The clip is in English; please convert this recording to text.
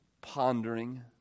pondering